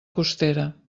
costera